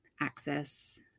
access